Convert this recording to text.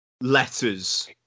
letters